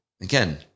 again